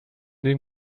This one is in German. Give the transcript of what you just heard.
den